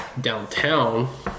downtown